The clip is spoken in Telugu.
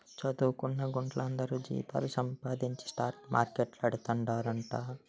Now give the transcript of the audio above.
చదువుకొన్న గుంట్లందరూ జీతాలు సంపాదించి స్టాక్ మార్కెట్లేడతండ్రట